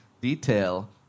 detail